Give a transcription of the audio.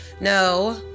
No